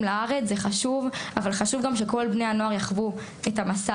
בארץ שהם חשובים אבל חשוב גם שכל בני הנוער יחוו את המסע